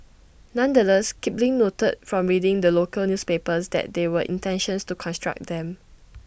nonetheless Kipling noted from reading the local newspapers that there were intentions to construct them